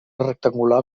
rectangular